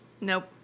Nope